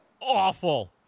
awful